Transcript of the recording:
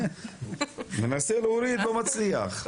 מנסה להוריד, לא מצליח.